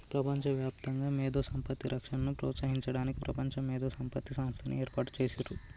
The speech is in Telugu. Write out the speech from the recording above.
ప్రపంచవ్యాప్తంగా మేధో సంపత్తి రక్షణను ప్రోత్సహించడానికి ప్రపంచ మేధో సంపత్తి సంస్థని ఏర్పాటు చేసిర్రు